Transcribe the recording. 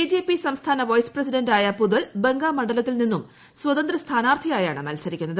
B J P സംസ്ഥാന vice പ്രസിഡന്റായ പുതുൽ ബങ്ക മണ്ഡലത്തിൽ നിന്നും സ്വതന്ത്ര സ്ഥാനാർത്ഥിയായാണ് മത്സരിക്കുന്നത്